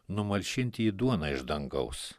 numalšinti jį duona iš dangaus